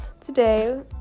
today